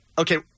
Okay